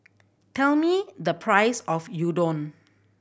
tell me the price of Gyudon